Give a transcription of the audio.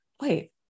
wait